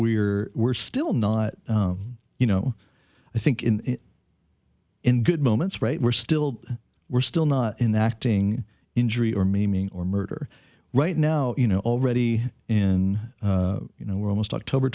we're we're still not you know i think in in good moments right we're still we're still not in the acting injury or meaning or murder right now you know already in you know we're almost october